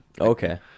okay